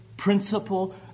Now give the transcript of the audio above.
Principle